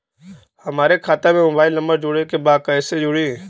हमारे खाता मे मोबाइल नम्बर जोड़े के बा कैसे जुड़ी?